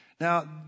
Now